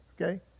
okay